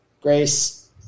Grace